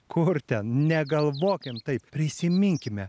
kur ten negalvokim taip prisiminkime